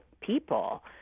people